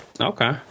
Okay